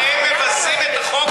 אתם מבזים את החוק.